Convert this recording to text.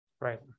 Right